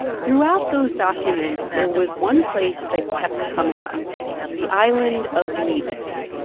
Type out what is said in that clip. throughout those documents, there was one place that kept coming up the island of nevis.